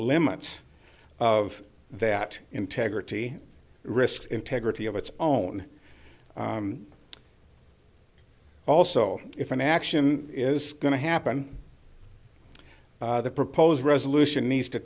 limits of that integrity risks integrity of its own also if an action is going to happen the proposed resolution needs to